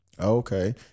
Okay